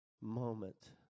moment